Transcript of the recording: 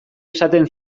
esaten